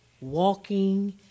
walking